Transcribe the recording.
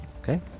Okay